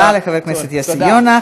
תודה לחבר הכנסת יוסי יונה.